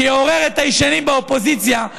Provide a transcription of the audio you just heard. שיעורר את הישנים באופוזיציה,